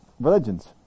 religions